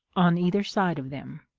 on either side of them.